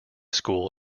school